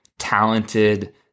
talented